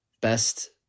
best